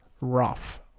rough